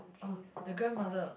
orh the grandmother